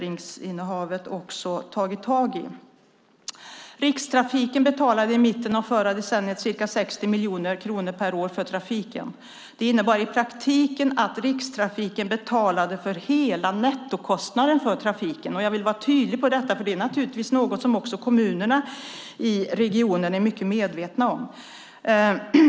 I mitten av förra decenniet betalade Rikstrafiken ca 60 miljoner kronor per år för trafiken. Det innebar i praktiken att Rikstrafiken betalade hela nettokostnaden för trafiken. Jag vill vara tydlig med detta. Det är naturligtvis något som också kommunerna i regionen är mycket medvetna om.